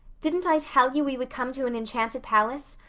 didn't i tell you we would come to an enchanted palace?